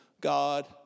God